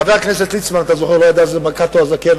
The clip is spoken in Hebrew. חבר הכנסת ליצמן לא ידע מי זה קאטו הזקן,